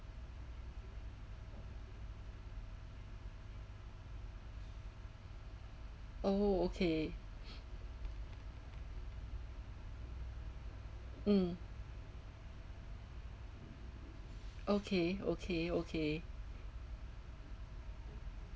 oh okay mm okay okay okay